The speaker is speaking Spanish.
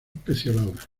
pecioladas